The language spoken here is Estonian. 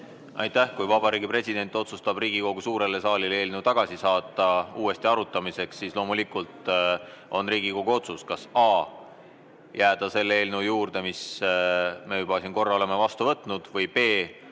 Aitäh! Kui Vabariigi President otsustab eelnõu Riigikogu suurele saalile tagasi saata uuesti arutamiseks, siis loomulikult on Riigikogu otsus kas a) jääda selle eelnõu juurde, mis me siin korra oleme vastu võtnud, või b)